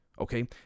Okay